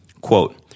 Quote